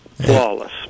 flawless